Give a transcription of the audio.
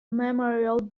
memorial